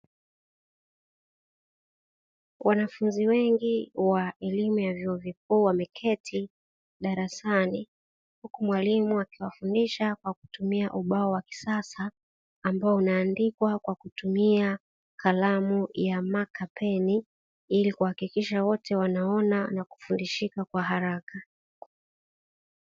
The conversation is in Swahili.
Wanafunzi wengi wa elimu ya vyuo vikuu wameketi darasani, huku mwalimu akiwafundisha kwa kutumia ubao wa kisasa ambao unaandikwa kwa kutumia kalamu ya makapeni, ili kuhakikisha wote wanaona na kufundishika kwa haraka.